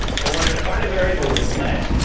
and when i define a variable with let,